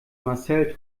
marcel